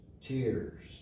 tears